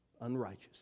unrighteous